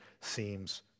seems